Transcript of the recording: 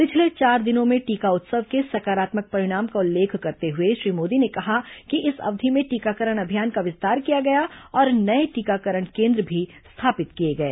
पिछले चार दिनों में टीका उत्सव के सकारात्मक परिणाम का उल्लेख करते हुए श्री मोदी ने कहा कि इस अवधि में टीकाकरण अभियान का विस्तार किया गया और नए टीकाकरण केंद्र भी स्थापित किए गए